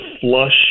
flush